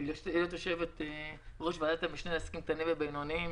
מוניתי להיות יושבת-ראש ועדת המשנה לעסקים קטנים ובינוניים,